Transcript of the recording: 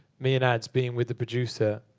me and ads being with the producer,